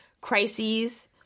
crises